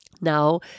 Now